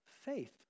faith